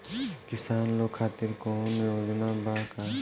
किसान लोग खातिर कौनों योजना बा का?